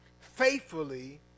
faithfully